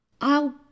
I'll